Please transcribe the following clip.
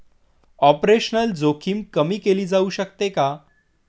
Operational जोखीम कमी केली जाऊ शकते का?